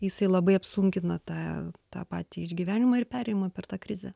jisai labai apsunkina tą tą patį išgyvenimą ir perėjimą per tą krizę